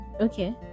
Okay